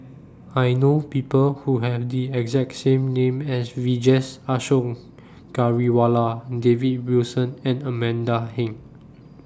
I know People Who Have The exact same name as Vijesh Ashok Ghariwala David Wilson and Amanda Heng